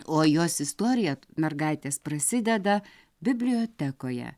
o jos istorija t mergaitės prasideda bibliotekoje